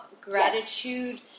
gratitude